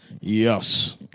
Yes